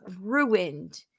ruined